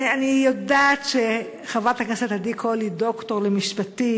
אני יודעת שחברת הכנסת עדי קול היא דוקטור למשפטים,